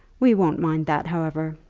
we won't mind that, however.